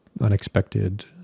unexpected